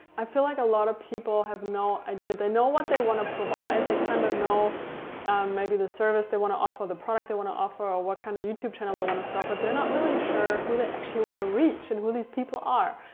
i feel like a lot of people have no idea. they know what they want to provide. they kinda know maybe the service they wanna offer, the product they wanna offer or what kind of youtube channel they wanna start. but they're not really sure who they actually wanna reach and who these people are.